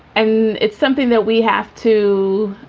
and it's something that we have to